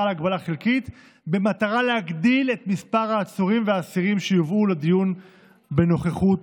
חלקית במטרה להגדיל את מספר העצורים והאסירים שיובאו לדיון בנוכחות